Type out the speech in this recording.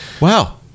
wow